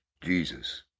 Jesus